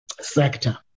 sector